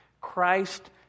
Christ